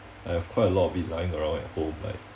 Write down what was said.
I have quite a lot of it lying around at home like